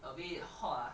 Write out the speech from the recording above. a bit hot ah